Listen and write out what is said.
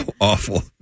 Awful